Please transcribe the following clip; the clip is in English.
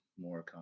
more